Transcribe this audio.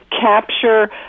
capture